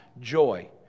joy